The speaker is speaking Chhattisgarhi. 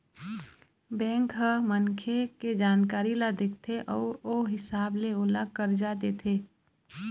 बेंक ह मनखे के जानकारी ल देखथे अउ ओ हिसाब ले ओला करजा देथे